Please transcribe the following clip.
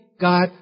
God